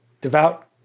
devout